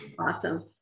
Awesome